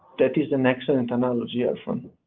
that is an excellent analogy, efran.